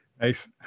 Nice